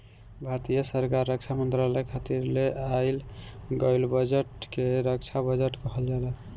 भारत सरकार रक्षा मंत्रालय खातिर ले आइल गईल बजट के रक्षा बजट कहल जाला